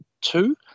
two